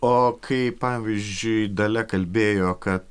o kai pavyzdžiui dalia kalbėjo kad